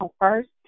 first